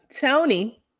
Tony